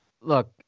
look